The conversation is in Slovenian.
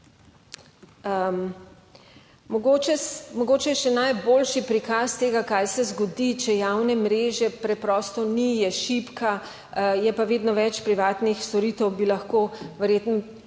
mogoče je še najboljši prikaz tega, kaj se zgodi, če javne mreže preprosto ni, je šibka, je pa vedno več privatnih storitev. Bi lahko verjetno